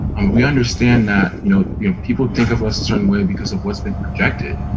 and we understand that you know you know people think of us a certain way because of what's been projected.